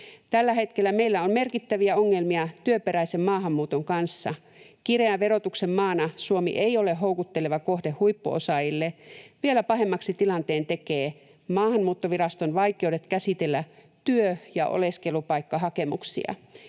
Tällä hetkellä meillä on merkittäviä ongelmia työperäisen maahanmuuton kanssa. Kireän verotuksen maana Suomi ei ole houkutteleva kohde huippuosaajille. Vielä pahemmaksi tilanteen tekee Maahanmuuttoviraston vaikeudet käsitellä työ- ja oleskelupaikkahakemuksia.